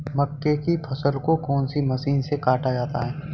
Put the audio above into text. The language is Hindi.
मक्के की फसल को कौन सी मशीन से काटा जाता है?